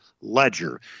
ledger